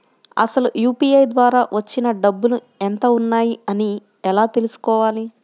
అసలు యూ.పీ.ఐ ద్వార వచ్చిన డబ్బులు ఎంత వున్నాయి అని ఎలా తెలుసుకోవాలి?